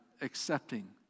accepting